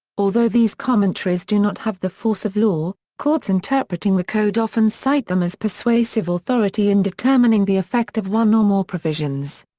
although these commentaries do not have the force of law, courts interpreting the code often cite them as persuasive authority in determining the effect of one or more provisions.